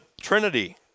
Trinity